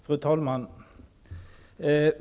Fru talman!